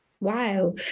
wow